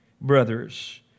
brothers